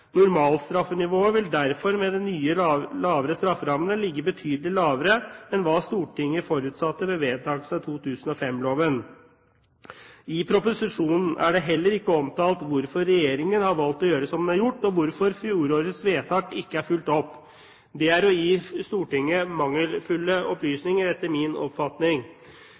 Normalstraffenivået vil derfor, med de nye lavere strafferammene, ligge betydelig lavere enn hva Stortinget forutsatte ved vedtagelsen av 2005-loven. I proposisjonen er det heller ikke omtalt hvorfor Regjeringen har valgt å gjøre som den har gjort, og hvorfor fjorårets vedtak ikke er fulgt opp. Det er å gi Stortinget mangelfulle opplysninger, etter min oppfatning.